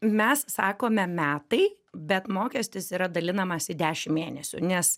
mes sakome metai bet mokestis yra dalinamas į dešim mėnesių nes